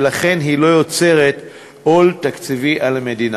ולכן היא לא יוצרת עול תקציבי על המדינה.